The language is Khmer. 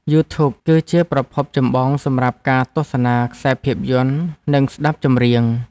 យូធូប គឺជាប្រភពចម្បងសម្រាប់ការទស្សនាខ្សែភាពយន្ត និងស្តាប់ចម្រៀង។